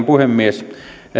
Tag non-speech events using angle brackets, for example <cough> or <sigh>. <unintelligible> puhemies